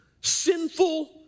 sinful